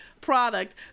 product